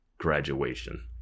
graduation